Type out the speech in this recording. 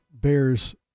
Bears